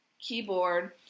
keyboard